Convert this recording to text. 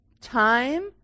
Time